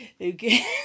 okay